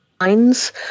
lines